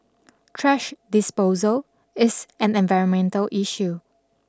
trash disposal is an environmental issue